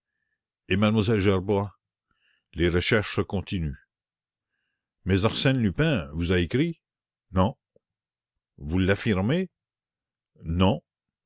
et m lle gerbois les recherches continuent mais arsène lupin vous a écrit